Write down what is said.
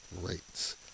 rates